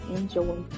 Enjoy